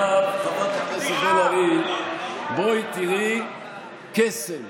טוב, חברת הכנסת בן ארי, בואי תראי קסם.